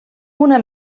una